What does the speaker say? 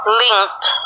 linked